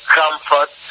comfort